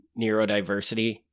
Neurodiversity